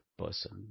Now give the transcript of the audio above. Person